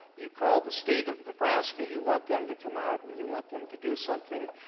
you call the state of nebraska you want them to come out and you want them to do something.